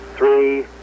Three